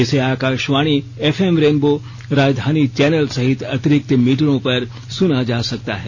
इसे Akashvani F M Rainbow Rajdhani channel सहित अतिरिक्त मीटरों पर सुना जा सकता है